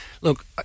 look